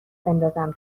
بندازم